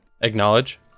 Acknowledge